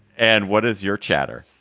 and what is your chatter?